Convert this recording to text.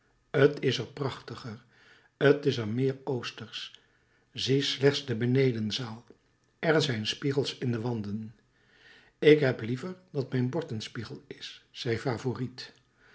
t is er prachtiger t is er meer oostersch zie slechts de benedenzaal er zijn spiegels in de wanden ik heb liever dat mijn bord een spiegel is zei favourite